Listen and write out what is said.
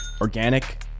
organic